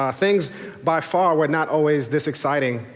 ah things by far were not always this exciting.